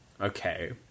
okay